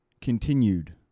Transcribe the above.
continued